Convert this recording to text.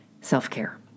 self-care